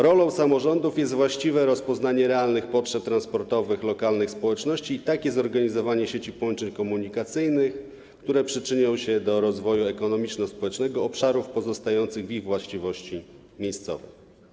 Rolą samorządów jest właściwe rozpoznanie realnych potrzeb transportowych lokalnych społeczności i takie zorganizowanie sieci połączeń komunikacyjnych, które przyczyni się do rozwoju ekonomiczno-społecznego obszarów pozostających w ich właściwościach miejscowych.